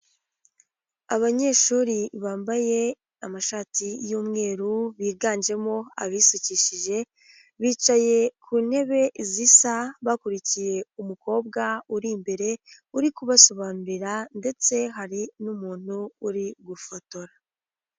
Abanyeshuri bambaye amashati y'umwer, biganjemo abisukishije, bicaye ku ntebe zisa bakurikiye umukobwa uri imbere, uri kubasobanurira ndetse hari n'umuntu uri gufotora.